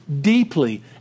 deeply